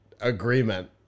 agreement